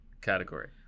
category